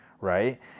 right